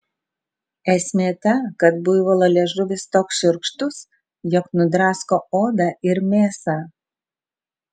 esmė ta kad buivolo liežuvis toks šiurkštus jog nudrasko odą ir mėsą